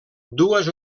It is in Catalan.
dues